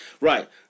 Right